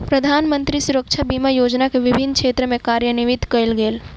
प्रधानमंत्री सुरक्षा बीमा योजना के विभिन्न क्षेत्र में कार्यान्वित कयल गेल